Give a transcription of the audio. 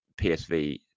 PSV